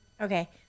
Okay